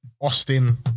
Austin